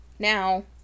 Now